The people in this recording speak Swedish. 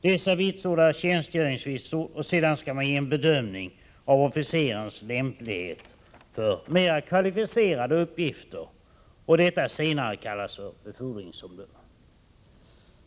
Dessa vitsord är tjänstgöringsvitsord, och sedan skall man ge en bedömning av officerens lämplighet för mera kvalificerade uppgifter. Detta senare kallas för befordringsomdöme.